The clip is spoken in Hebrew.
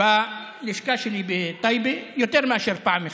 בלשכה שלי בטייבה יותר מאשר פעם אחת.